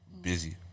Busy